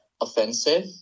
offensive